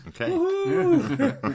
Okay